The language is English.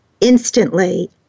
instantly